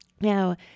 Now